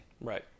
right